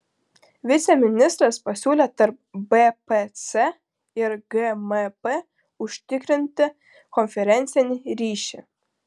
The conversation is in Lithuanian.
viceministras pasiūlė tarp bpc ir gmp užtikrinti konferencinį ryšį